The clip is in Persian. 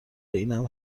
اینم